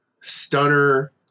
stunner